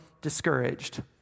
discouraged